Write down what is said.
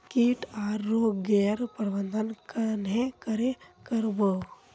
किट आर रोग गैर प्रबंधन कन्हे करे कर बो?